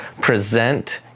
present